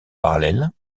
parallèle